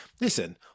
Listen